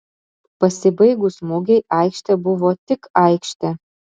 pasibaigus mugei aikštė buvo tik aikštė